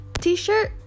t-shirt